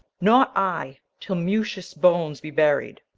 not i, till mutius' bones be buried.